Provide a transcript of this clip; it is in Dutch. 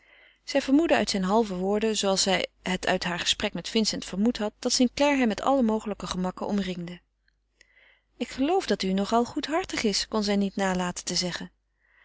zij vermoedde uit zijn halve woorden zooals zij het uit haar gesprek met vincent vermoed had dat st clare hem met alle mogelijke gemakken omringde ik geloof dat u nog al goedhartig is kon zij niet nalaten te zeggen